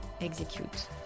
execute